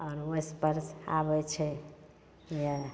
आ ओहिपर आबै छै जे